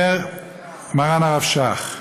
אומר מרן הרב שך: